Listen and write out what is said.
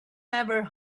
never